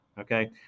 okay